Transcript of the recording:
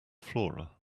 flora